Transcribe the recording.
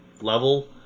level